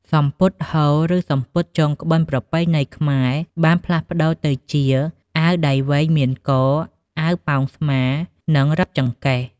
សំពត់ហូល ឬ សំពត់ចងក្បិនប្រពៃណីខ្មែរបានផ្លាស់ប្តូរទៅជាអាវដៃវែងមានក អាវប៉ោងស្មា និង រឹបចង្កេះ។